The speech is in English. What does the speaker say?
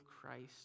Christ